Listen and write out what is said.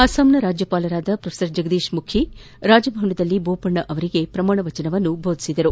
ಅಸ್ಸಾಂನ ರಾಜ್ಯಪಾಲ ಪ್ರೊಫೆಸರ್ ಜಗದೀಶ್ ಮುಖಿ ಅವರು ರಾಜಭವನದಲ್ಲಿ ಬೋಪಣ್ಣ ಅವರಿಗೆ ಪ್ರಮಾಣವಚನ ಬೋಧಿಸಿದರು